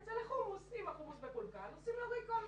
זה לחומוס, אם החומוס מקולקל עושים לו recall,